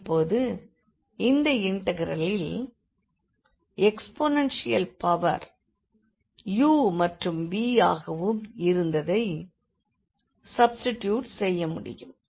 இப்பொழுது இந்த இண்டெக்ரலில் எக்ஸ்போனேன்ஷியல் பவரில் u மற்றும் v ஆகவும் இருந்ததை சப்ஸ்டிடியூட் செய்ய முடியும்